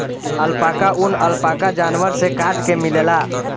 alpaca ऊन, alpaca जानवर से काट के मिलेला